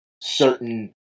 certain